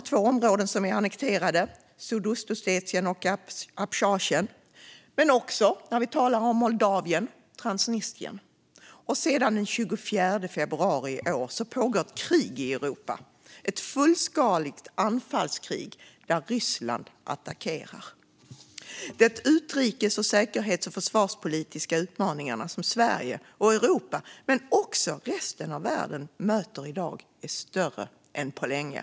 Två områden i Georgien, Sydossetien och Abchazien, är fortfarande annekterade. Det gäller även Transnistrien i Moldavien. Och sedan den 24 februari i år pågår ett krig i Europa, ett fullskaligt anfallskrig där Ryssland attackerar. De utrikes-, säkerhets och försvarspolitiska utmaningar som Sverige och Europa men också resten av världen möter i dag är större än på länge.